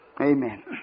Amen